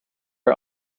are